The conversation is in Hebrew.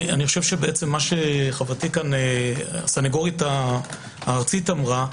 אני חושב שמה שחברתי הסנגורית הארצית אמרה,